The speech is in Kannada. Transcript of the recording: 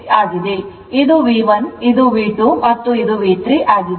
ಇದು V1 ಆಗಿದೆ ಇದು V2 ಮತ್ತು ಇದು V3 ಆಗಿದೆ